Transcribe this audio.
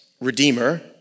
redeemer